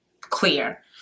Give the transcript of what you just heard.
clear